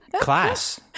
class